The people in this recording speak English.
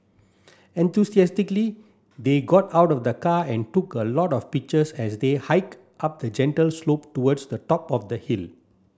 enthusiastically they got out of the car and took a lot of pictures as they hike up a gentle slope towards the top of the hill